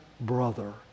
brother